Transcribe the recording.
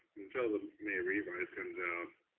until the may revise comes out,